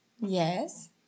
Yes